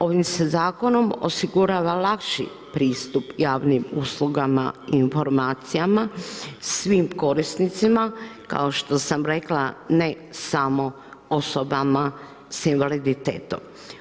Ovim se zakonom osigurava lakši pristup javnim uslugama i informacijama, svim korisnicima, kao što sam rekla ne samo osobama sa invaliditetom.